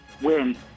Win